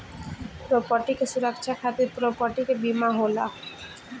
property के सुरक्षा खातिर प्रॉपर्टी के बीमा होला